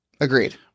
Agreed